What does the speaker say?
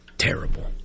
terrible